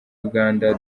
uganda